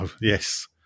Yes